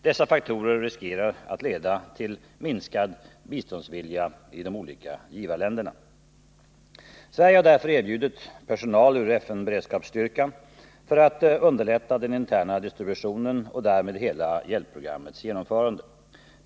Dessa faktorer riskerar att leda till minskande biståndsvilja i olika givarländer. Sverige har därför erbjudit personal ur FN-beredskapsstyrkan för att underlätta den interna distributionen och därmed hela hjälpprogrammets genomförande.